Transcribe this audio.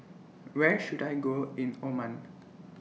Where should I Go in Oman